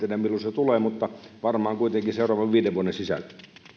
se tulee mutta varmaan kuitenkin seuraavan viiden vuoden sisällä